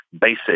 basic